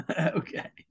okay